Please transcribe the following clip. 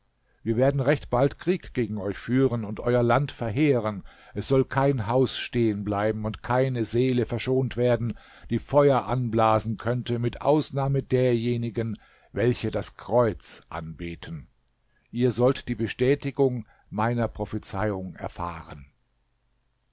wir werden recht bald krieg gegen euch führen und euer land verheeren es soll kein haus stehen bleiben und keine seele verschont werden die feuer anblasen könnte mit ausnahme derjenigen welche das kreuz anbeten ihr sollt die bestätigung meiner prophezeiung erfahren